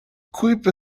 kuiper